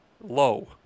low